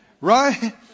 right